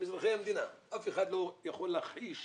אף אחד לא יכול להכחיש